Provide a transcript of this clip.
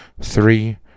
Three